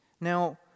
Now